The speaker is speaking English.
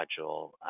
module